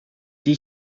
die